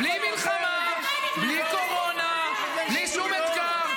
בלי מלחמה, בלי קורונה, בלי שום אתגר.